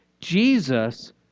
Jesus